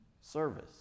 service